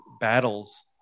battles